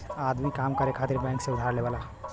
आदमी काम करे खातिर बैंक से उधार लेवला